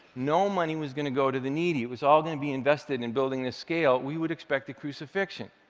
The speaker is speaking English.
no money was going to go to the needy, it was all going to be invested in and building this scale, we would expect a crucifixion.